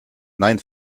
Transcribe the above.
nein